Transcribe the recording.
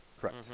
Correct